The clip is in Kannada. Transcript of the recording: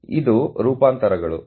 ಇದು ರೂಪಾಂತರಗಳು ಆದ್ದರಿಂದ 0